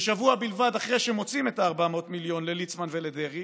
ושבוע בלבד אחרי שמוציאים את ה-400 מיליון לליצמן ולדרעי